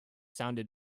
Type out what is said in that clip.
sounded